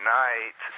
night